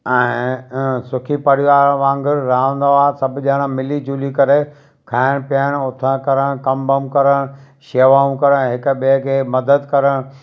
ऐं सुखी परिवार वांगुरु रहंदो आहे सभु ॼणा मिली झुली करे खाइण पीअण उथण करणु कमु वम करणु शेवाऊं करणु हिक ॿिए खे मदद करण